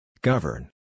Govern